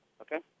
Okay